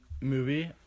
movie